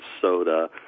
soda